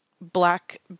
Black